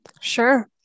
Sure